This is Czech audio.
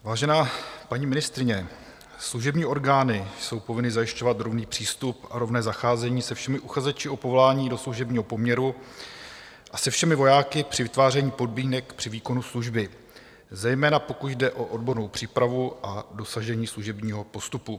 Vážená paní ministryně, služební orgány jsou povinny zajišťovat rovný přístup a rovné zacházení se všemi uchazeči o povolání do služebního poměru a se všemi vojáky při vytváření podmínek při výkonu služby, zejména pokud jde o odbornou přípravu a dosažení služebního postupu.